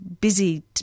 busy